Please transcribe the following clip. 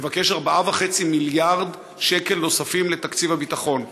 מבקש 4.5 מיליארד שקל נוספים לתקציב הביטחון.